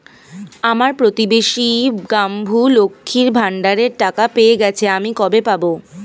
আমার প্রতিবেশী গাঙ্মু, লক্ষ্মীর ভান্ডারের টাকা পেয়ে গেছে, আমি কবে পাব?